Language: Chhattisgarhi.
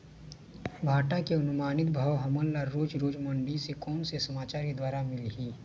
भांटा के अनुमानित भाव हमन ला रोज रोज मंडी से कोन से समाचार के द्वारा मिलही?